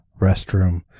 restroom